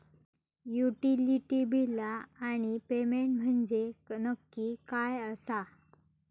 Utility बिला आणि payment म्हंजे नक्की काय आसा?